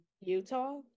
Utah